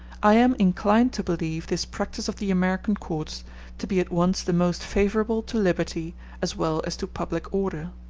i am inclined to believe this practice of the american courts to be at once the most favorable to liberty as well as to public order.